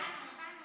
הבנו.